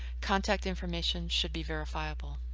contact information should be verifiable.